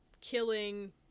killing